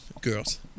girls